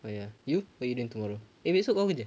oh ya you what you doing tomorrow eh wait so kau kerja